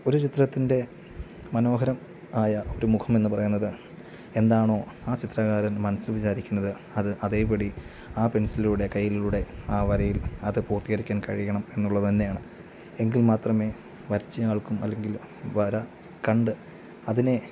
ഒരു ചിത്രത്തിൻ്റെ മനോഹരം ആയ ഒരു മുഖമെന്ന് പറയുന്നത് എന്താണോ ആ ചിത്രകാരൻ മനസ്സിൽ വിചാരിക്കുന്നത് അത് അതേപടി ആ പെൻസിലിലൂടെ കൈകളിലൂടെ ആ വരയിൽ അത് പൂർത്തീകരിക്കാൻ കഴിയണം എന്നുള്ളത് തന്നെയാണ് എങ്കിൽ മാത്രമേ വരച്ച ആൾക്കും അല്ലെങ്കിൽ വര കണ്ട് അതിനെ